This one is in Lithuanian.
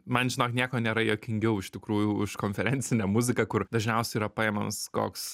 man žinok nieko nėra juokingiau iš tikrųjų už konferencinę muziką kur dažniausiai yra paimamas koks